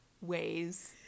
ways